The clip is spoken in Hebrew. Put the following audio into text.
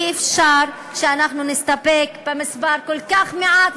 אי-אפשר שאנחנו נסתפק במספר כל כך קטן,